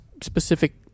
specific